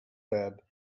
web